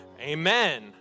Amen